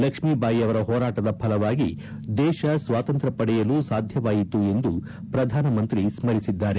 ಲಕ್ಷ್ಮೀಬಾಯಿ ಅವರ ಹೋರಾಟದ ಫಲವಾಗಿ ದೇಶ ಸ್ವಾತಂತ್ರ್ಯ ಪಡೆಯಲು ಸಾಧ್ಯವಾಯಿತು ಎಂದು ಪ್ರಧಾನಮಂತ್ರಿ ಸ್ಮರಿಸಿದ್ದಾರೆ